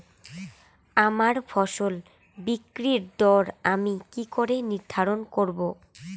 আমার ফসল বিক্রির দর আমি কি করে নির্ধারন করব?